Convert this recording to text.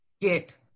get